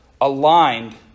aligned